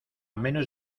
menos